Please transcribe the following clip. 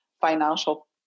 financial